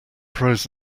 pros